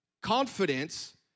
Confidence